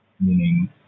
meaning